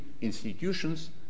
institutions